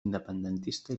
independentista